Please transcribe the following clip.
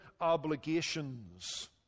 obligations